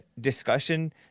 discussion